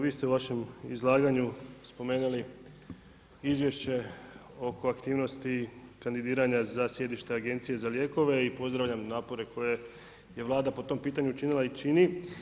Vi ste u vašem izlaganju spomenuli izvješće oko aktivnosti kandidiranja za sjedište Agencije za lijekove i pozdravljam napore koje je Vlada po tom pitanju činila i čini.